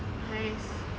!hais!